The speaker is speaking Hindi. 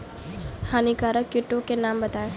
हानिकारक कीटों के नाम बताएँ?